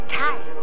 time